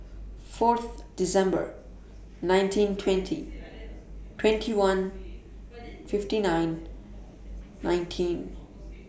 four December nineteen twenty twenty one fifty nine nineteen